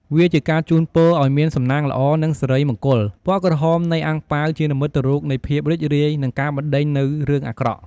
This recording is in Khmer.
វាជាការជួនពរឲ្យមានសំណាងល្អនិងសិរីមង្គល ពណ៌ក្រហមនៃអាំងប៉ាវជានិមិត្តរូបនៃភាពរីករាយ និងការបណ្ដេញនូវរឿងអាក្រក់។